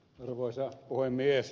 arvoisa puhemies